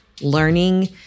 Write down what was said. learning